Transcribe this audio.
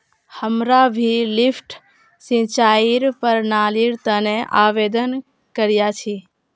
हमरा भी लिफ्ट सिंचाईर प्रणालीर तने आवेदन करिया छि